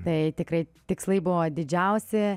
tai tikrai tikslai buvo didžiausi